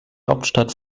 hauptstadt